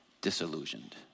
disillusioned